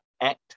act